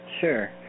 Sure